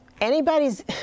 anybody's